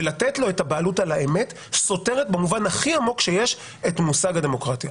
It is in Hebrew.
ולתת לו את הבעלות על האמת סותרת במובן הכי עמוק שיש את מושג הדמוקרטיה.